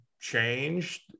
changed